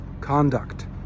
conduct